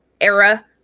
era